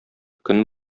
көн